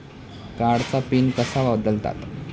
कार्डचा पिन कसा बदलतात?